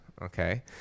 Okay